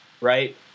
right